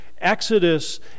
Exodus